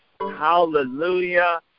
hallelujah